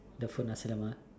the food nice lemon